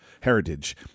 heritage